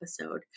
episode